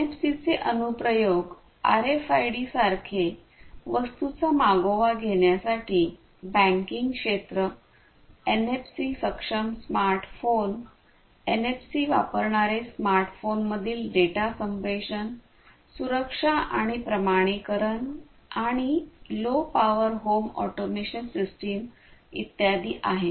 एनएफसीचे अनु प्रयोग आरएफआयडी सारखे वस्तूंचा मागोवा घेण्यासाठी बँकिंग क्षेत्र एनएफसी सक्षम स्मार्ट फोन एनएफसी वापरणारे स्मार्टफोनमधील डेटा संप्रेषण सुरक्षा आणि प्रमाणीकरण आणि low power home automation system इत्यादी आहेत